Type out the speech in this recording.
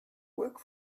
work